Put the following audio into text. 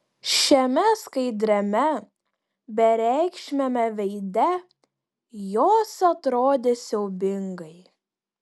šiame skaidriame bereikšmiame veide jos atrodė siaubingai